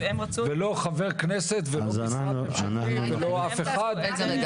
ולא חבר כנסת ולא משרד ממשלתי ולא אף אחד.